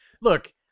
Look